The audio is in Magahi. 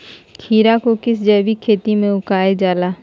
खीरा को किस जैविक खेती में उगाई जाला?